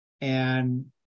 And-